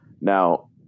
Now